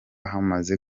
hamaze